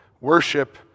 worship